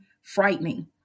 frightening